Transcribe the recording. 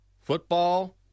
Football